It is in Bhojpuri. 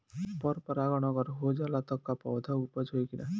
पर परागण अगर हो जाला त का पौधा उपज होई की ना?